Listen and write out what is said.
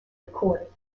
recorded